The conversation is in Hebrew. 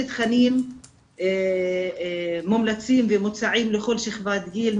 תכנים מומלצים ומוצעים לכל שכבת גיל,